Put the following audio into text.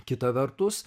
kita vertus